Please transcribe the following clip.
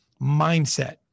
mindset